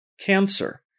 Cancer